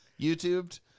YouTubed